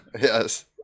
yes